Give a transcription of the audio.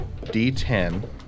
d10